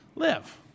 live